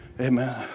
Amen